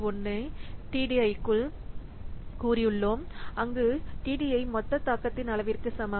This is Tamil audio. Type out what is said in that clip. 01 ஐ TDI க்குள் கூறியுள்ளோம் அங்கு TDI மொத்த தாக்கத்தின் அளவிற்கு சமம்